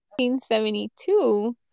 1972